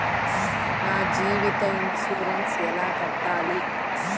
నా జీవిత ఇన్సూరెన్సు ఎలా కట్టాలి?